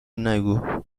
نگو